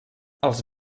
els